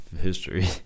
history